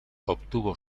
obtuvo